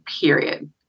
Period